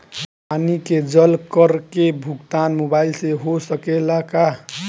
पानी के जल कर के भुगतान मोबाइल से हो सकेला का?